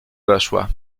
weszła